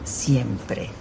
siempre